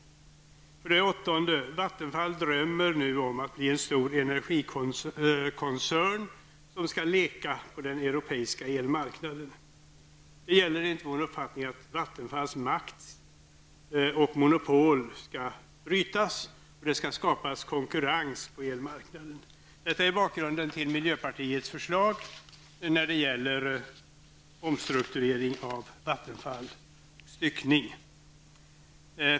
För det åttonde drömmer Vattenfall om att bli en stor energikoncern som skall leka på den europeiska elmarknaden. Det gäller enligt vår uppfattning att bryta Vattenfalls monopol och makt och att skapa konkurrens på elmarknaden. Detta är bakgrunden till miljöpartiets förslag när det gäller omstrukturering av Vattenfall.